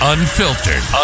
Unfiltered